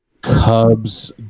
Cubs